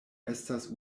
estas